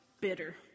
bitter